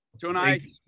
Tonight